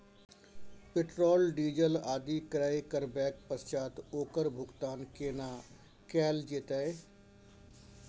Petrol, diesel आदि क्रय करबैक पश्चात ओकर भुगतान केना कैल जेतै?